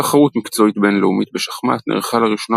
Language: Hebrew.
תחרות מקצועית בינלאומית בשחמט נערכה לראשונה